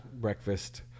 Breakfast